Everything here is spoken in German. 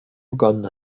begonnen